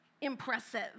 impressive